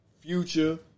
Future